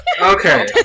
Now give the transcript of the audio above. Okay